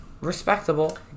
Respectable